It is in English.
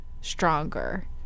stronger